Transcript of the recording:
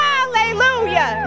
Hallelujah